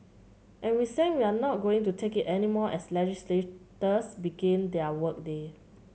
and we see we're not going to take it anymore as legislators begin their work day